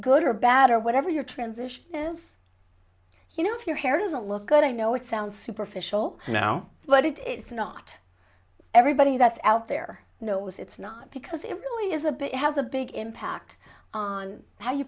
good or bad or whatever your transition is you know if your hair doesn't look good i know it sounds superficial now but it's not everybody that's out there knows it's not because it really is a bit has a big impact on how you